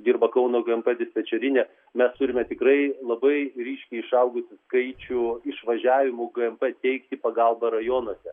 dirba kauno gmp dispečerinė mes turime tikrai labai ryškiai išaugusį skaičių išvažiavimų gmp teikti pagalbą rajonuose